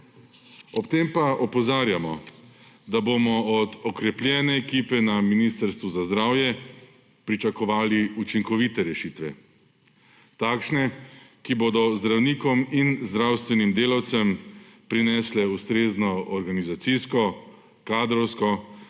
Ob tem pa opozarjamo, da bomo od okrepljene ekipe na Ministrstvu za zdravje pričakovali učinkovite rešitve; takšne, ki bodo zdravnikom in zdravstvenim delavcem prinesle ustrezno organizacijsko, kadrovsko